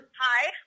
Hi